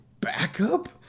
backup